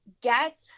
get